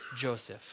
Joseph